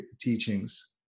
teachings